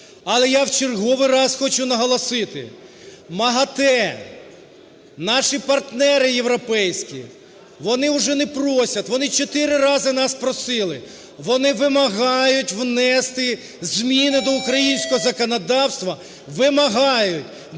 Але я в черговий раз хочу наголосити, МАГАТЕ, наші партнери європейські, вони вже не просять, вони 4 рази нас просили, вони вимагають внести зміни до українського законодавства, вимагають